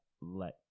let